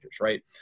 right